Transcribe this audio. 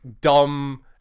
dumb